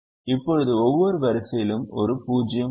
இப்போது ஒவ்வொரு வரிசையிலும் ஒரு 0 உள்ளது